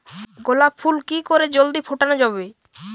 গোলাপ ফুল কি করে জলদি ফোটানো যাবে?